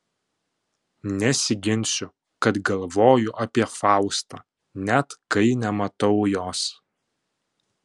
nesiginsiu kad galvoju apie faustą net kai nematau jos